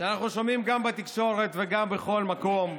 שאנחנו שומעים גם בתקשורת וגם בכל מקום,